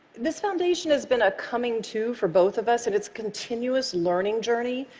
this foundation has been a coming to for both of us in its continuous learning journey,